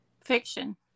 Fiction